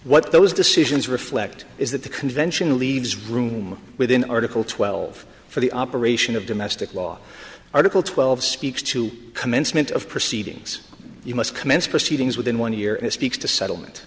what those decisions reflect is that the convention leaves room within article twelve for the operation of domestic law article twelve speaks to commencement of proceedings you must commence proceedings within one year it speaks to settlement